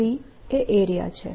d એ area છે